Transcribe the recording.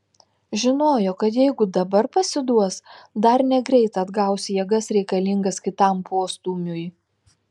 žinojo kad jeigu dabar pasiduos dar negreit atgaus jėgas reikalingas kitam postūmiui